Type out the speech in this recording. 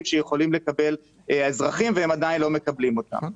שיכולים לקבל האזרחים והם עדיין לא מקבלים אותם.